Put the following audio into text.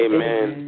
Amen